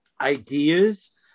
ideas